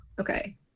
Okay